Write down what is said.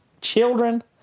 children